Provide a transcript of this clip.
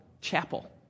chapel